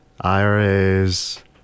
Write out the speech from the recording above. IRAs